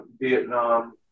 Vietnam